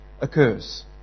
occurs